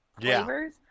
flavors